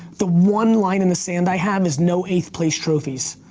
the one line in the sand i have is no eighth place trophies.